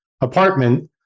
apartment